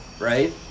right